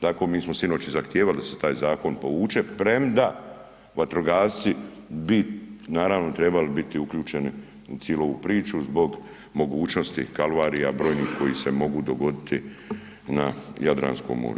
Tako mi smo sinoć i zahtijevali da se taj zakon povuče premda vatrogasci bi naravno trebali biti uključeni u cijelu ovu priču zbog mogućnost kalvarija, brojnih koji se mogu dogoditi na Jadranskom moru.